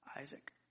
Isaac